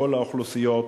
מכל האוכלוסיות.